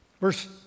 Verse